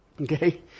Okay